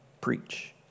preach